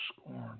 scorn